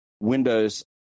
Windows